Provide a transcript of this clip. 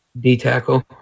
D-tackle